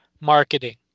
marketing